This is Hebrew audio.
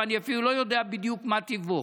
או אני אפילו לא יודע בדיוק מה טיבו.